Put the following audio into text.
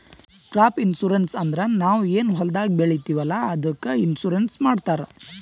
crop insurance ಅಂದುರ್ ನಾವ್ ಏನ್ ಹೊಲ್ದಾಗ್ ಬೆಳಿತೀವಿ ಅಲ್ಲಾ ಅದ್ದುಕ್ ಇನ್ಸೂರೆನ್ಸ್ ಮಾಡ್ತಾರ್